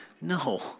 No